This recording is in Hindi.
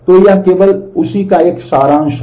तो यह केवल उसी का एक सारांश है